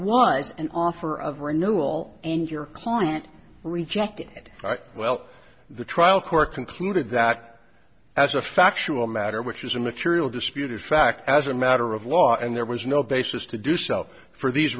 was an offer of renewal and your client rejected it well the trial court concluded that as a factual matter which is immaterial disputed fact as a matter of law and there was no basis to do so for these